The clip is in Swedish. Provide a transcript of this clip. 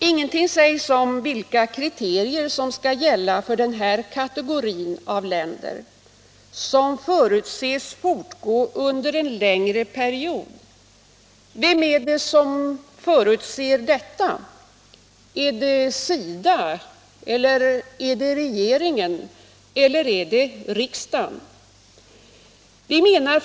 Ingenting sägs om vilka kriterier som skall gälla för denna kategori av länder. ”Som förutses fortgå under en längre period” — vem är det som förutser detta? Är det SIDA? Är det regeringen? Är det riksdagen?